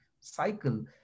cycle